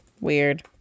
Weird